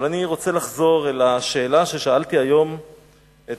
אבל אני רוצה לחזור לשאלה ששאלתי היום את